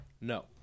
no